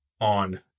on